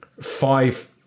five